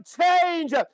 change